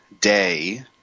Day